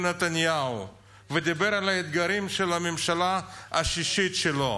נתניהו ודיבר על האתגרים של הממשלה השישית שלו,